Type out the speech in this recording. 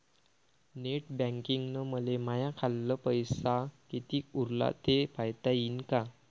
Net बँकिंगनं मले माह्या खाल्ल पैसा कितीक उरला थे पायता यीन काय?